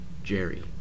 Jerry